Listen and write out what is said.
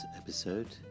episode